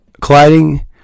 colliding